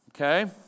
Okay